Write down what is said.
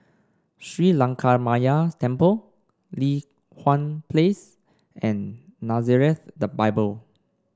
Sri Lankaramaya Temple Li Hwan Place and Nazareth the Bible